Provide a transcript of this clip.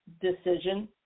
decision